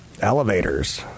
elevators